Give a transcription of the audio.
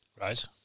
Right